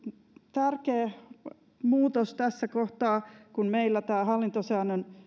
tärkeä ja ajankohtainen muutos tässä kohtaa kun meillä tämä hallintosäännön